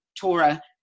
Torah